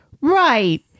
Right